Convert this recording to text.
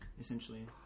essentially